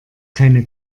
keine